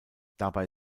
dabei